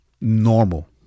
normal